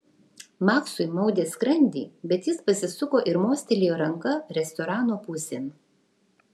maksui maudė skrandį bet jis pasisuko ir mostelėjo ranka restorano pusėn